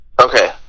okay